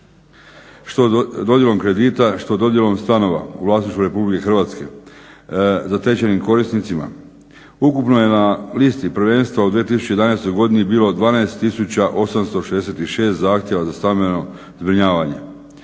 što dodjelom kredita, što dodjelom stanova u vlasništvu Republike Hrvatske zatečenim korisnicima. Ukupno je na listi prvenstva u 2011. godini bilo 12866 zahtjeva za stambeno zbrinjavanje.